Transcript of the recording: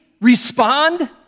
respond